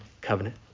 covenant